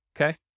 okay